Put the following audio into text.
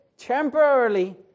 Temporarily